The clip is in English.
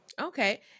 Okay